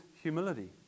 humility